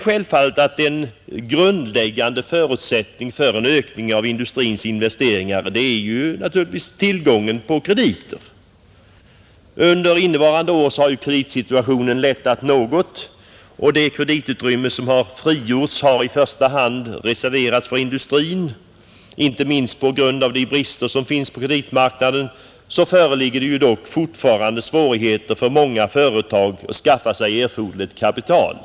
Självfallet är en grundläggande förutsättning för en ökning av industrins investeringar tillgång på krediter. Under innevarande år har kreditsituationen lättat något, och det kreditutrymme som har frigjorts har i första hand reserverats för industrin. Inte minst på grund av de brister som finns på kreditmarknaden föreligger dock fortfarande svårigheter för många företag att skaffa sig erforderligt kapital.